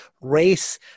race